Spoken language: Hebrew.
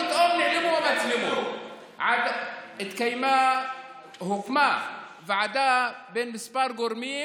פתאום נעלמו המצלמות, הוקמה ועדה בין כמה גורמים.